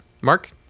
Mark